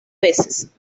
veces